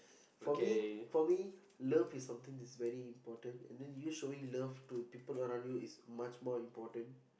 for me for me love is something is very important and then you showing love to people around you is much more important